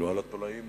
על התולעים,